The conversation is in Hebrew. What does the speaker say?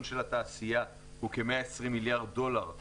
של התעשייה הוא כ-120 מיליארד דולר,